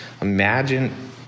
Imagine